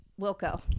Wilco